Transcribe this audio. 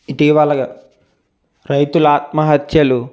ఇటీవలగ రైతుల ఆత్మహత్యలు